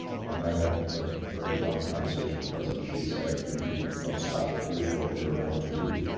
and i had a very blunt conversation and president xi saying, if you don't stop it, here's what we are going to do.